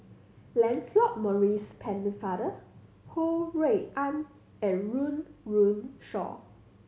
Lancelot Maurice Pennefather Ho Rui An and Run Run Shaw